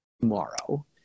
tomorrow